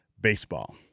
baseball